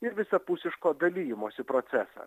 ir visapusiško dalijimosi procesą